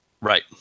Right